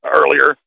earlier